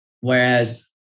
Whereas